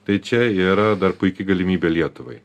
tai čia yra dar puiki galimybė lietuvai